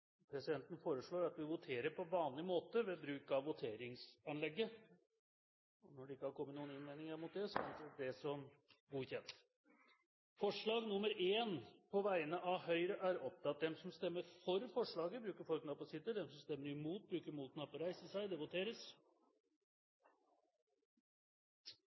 Presidenten foreslår at vi voterer på vanlig måte ved bruk av voteringsanlegget. – Det har ikke kommet innvendinger mot det, og det anses vedtatt. Det voteres